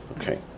Okay